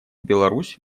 беларусь